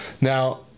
now